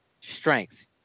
strength